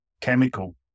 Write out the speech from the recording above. chemical